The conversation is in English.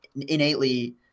innately